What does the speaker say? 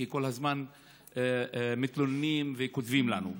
כי כל הזמן מתלוננים וכותבים לנו.